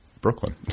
Brooklyn